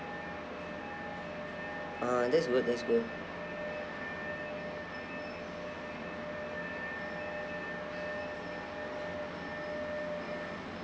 ah that's good that's good